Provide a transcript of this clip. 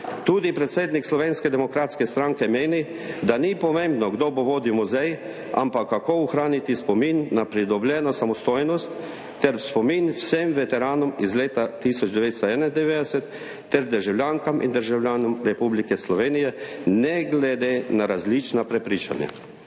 Tudi predsednik Slovenske demokratske stranke meni, da ni pomembno, kdo bo vodil muzej, ampak kako ohraniti spomin na pridobljeno samostojnost ter spomin vsem veteranom iz leta 1991 ter državljankam in državljanom Republike Slovenije ne glede na različna prepričanja.